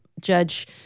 judge